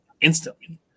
instantly